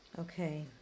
Okay